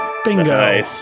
Bingo